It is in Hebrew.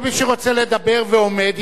כל מי שרוצה לדבר ועומד,